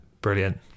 brilliant